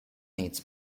needs